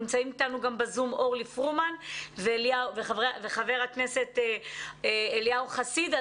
נמצאים איתנו גם בזום גם חברת הכנסת אורלי פרומן וחבר הכנסת אליהו חסיד,